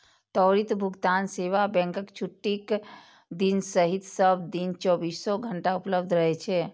त्वरित भुगतान सेवा बैंकक छुट्टीक दिन सहित सब दिन चौबीसो घंटा उपलब्ध रहै छै